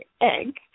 egg